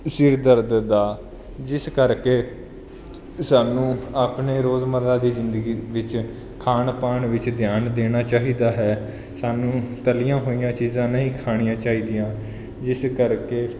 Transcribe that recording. ਸਿਰ ਦਰਦ ਦਾ ਜਿਸ ਕਰਕੇ ਸਾਨੂੰ ਆਪਣੇ ਰੋਜ਼ ਮਰਾ ਦੀ ਜ਼ਿੰਦਗੀ ਵਿੱਚ ਖਾਣ ਪਾਣ ਵਿੱਚ ਧਿਆਨ ਦੇਣਾ ਚਾਹੀਦਾ ਹੈ ਸਾਨੂੰ ਤਲੀਆਂ ਹੋਈਆਂ ਚੀਜ਼ਾਂ ਨਹੀਂ ਖਾਣੀਆਂ ਚਾਹੀਦੀਆਂ ਇਸ ਕਰਕੇ